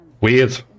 Weird